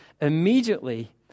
immediately